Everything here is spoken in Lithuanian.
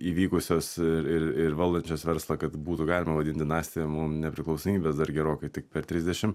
įvykusios ir ir ir valdančios verslą kad būtų galima vadint dinastija mum nepriklausomybės dar gerokai tik per trisdešim